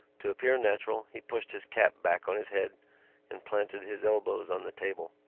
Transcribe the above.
to appear natural he pushed his cap back on his head and planted his elbows on the table.